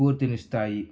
స్పూర్తినిస్తాయి